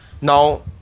now